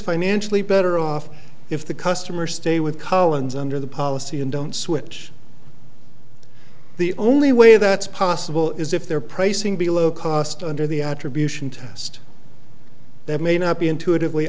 financially better off if the customer stay with collins under the policy and don't switch the only way that's possible is if their pricing below cost under the attribution test that may not be intuitively